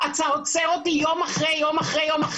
אתה עוצר אותי יום אחרי יום אחרי יום,